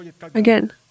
Again